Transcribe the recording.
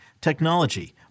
technology